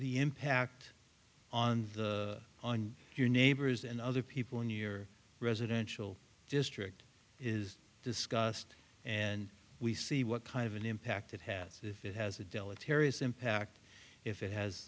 the impact on on your neighbors and other people in your residential district is discussed and we see what kind of an impact it has if it has a deleterious impact if it has